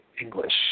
English